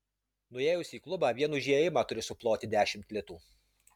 nuėjus į klubą vien už įėjimą turi suploti dešimt litų